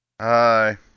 Hi